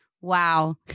Wow